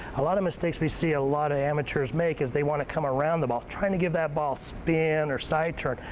a lot of mistakes we see a lot of amateurs make is they want to come around that ball trying to give that ball spin or side turn,